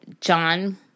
John